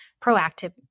proactive